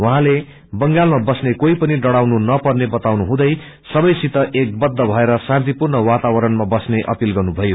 उहाँले बंगालमा बस्ने कोही पनि डराउनु नपर्ने बताउनुहुँदै सबैसित एकबद्ध भएर शान्तिपूर्ण वातावरणमा बस्ने अपिल गर्नुभयो